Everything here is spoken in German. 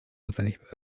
notwendig